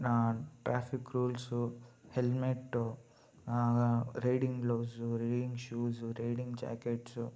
ನಾ traffic rules helmet riding gloves riding shoes riding jackets